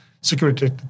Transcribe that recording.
security